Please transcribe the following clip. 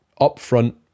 upfront